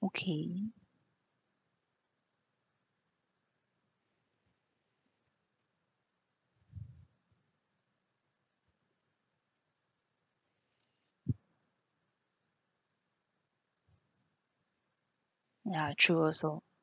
okay ya true also